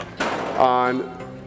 on